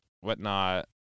whatnot